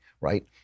right